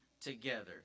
together